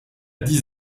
dix